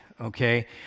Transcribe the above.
Okay